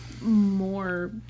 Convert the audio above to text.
more